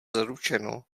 zaručeno